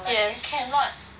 yes